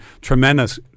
tremendous –